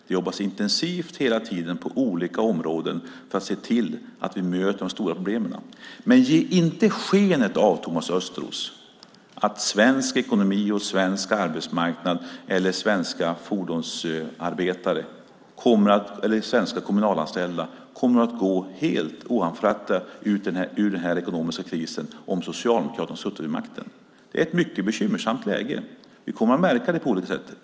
Det jobbas hela tiden intensivt på olika områden för att möta de stora problemen. Ge inte skenet av, Thomas Östros, att svensk ekonomi, svensk arbetsmarknad, svenska fordonsarbetare eller svenska kommunalanställda skulle ha gått helt oanfrätta ur den ekonomiska krisen om Socialdemokraterna hade suttit vid makten. Det är ett mycket bekymmersamt läge. Vi kommer att märka det på olika sätt.